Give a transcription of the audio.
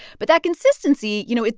but that consistency, you know,